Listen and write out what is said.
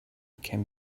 can